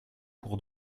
pour